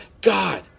God